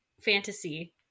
fantasy